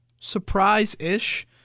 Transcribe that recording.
surprise-ish